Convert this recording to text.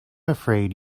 afraid